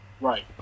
Right